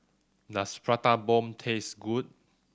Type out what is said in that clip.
does Prata Bomb taste good